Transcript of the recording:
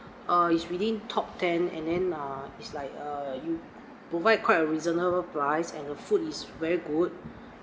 err it's within top ten and then uh is like err you provide quite a reasonable price and the food is very good